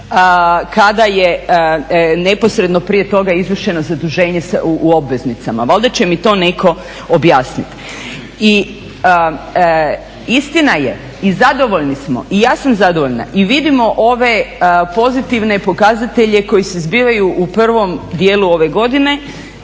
kada je neposredno prije toga izvršeno zaduženje u obveznicama. Valjda će mi to netko objasniti. Istina je i zadovoljni smo, i ja sam zadovoljna i vidimo ove pozitivne pokazatelje koji se zbivaju u prvom dijelu ove godine